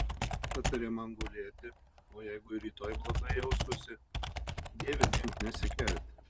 patarė man gulėti o jeigu ir rytoj blogai jausiuosi dieve gink nesikelti